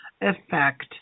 effect